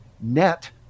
net